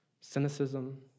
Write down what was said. cynicism